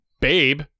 babe